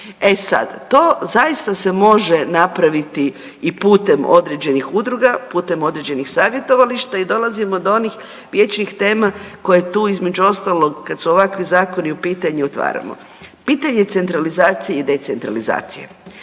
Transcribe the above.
E sad, to zaista se može napraviti i putem određenih udruga, putem određenih savjetovališta i dolazimo do onih vječnih tema koje tu između ostalog kad su ovakvi zakoni u pitanju otvaramo. Pitanje centralizacije i decentralizacije.